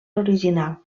original